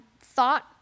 thought